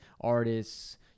artists